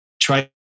try